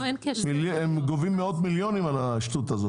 הם גובים מאות מיליונים על השטות הזאת.